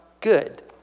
good